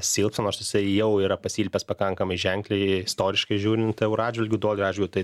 silpsta nors jisai jau yra pasilpęs pakankamai ženkliai istoriškai žiūrint euro atžvilgiu dolerio atžvilgiu tai